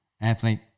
Anthony